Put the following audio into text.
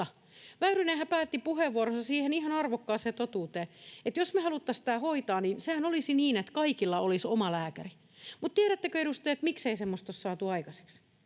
Väyrynenhän päätti puheenvuoronsa siihen ihan arvokkaaseen totuuteen, että jos me haluttaisiin tämä hoitaa, niin sehän olisi niin, että kaikilla olisi omalääkäri. Mutta tiedättekö, edustajat, miksei semmoista ole saatu aikaiseksi?